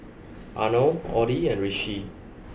Arnold Audie and Rishi